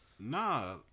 Nah